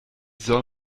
soll